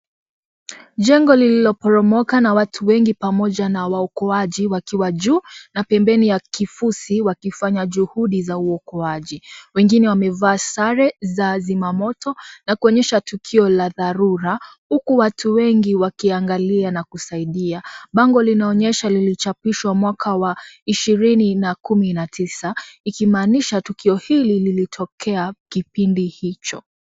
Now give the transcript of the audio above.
Jengo lililoporomoka na watu wengi pamoja na waokoaji wakiwa juu. Na pembeni ya kifusi wakifanya juhudi za uokoaji. Wengine wamevaa sare za zimamoto na kuonyesha tukio la dharura. Huku watu wengi wakiangalia na kusaidia. Bango linaonyesha lilichapishwa mwaka wa ishirini na kumi na tisa. Ikimaanisha tukio hili lilitokea kipindi hicho.